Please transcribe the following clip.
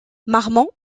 marmont